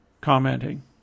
commenting